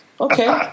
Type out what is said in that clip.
Okay